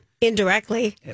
Indirectly